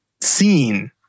seen